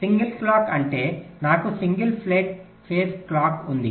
single clock అంటే నాకు single phase clock ఉంది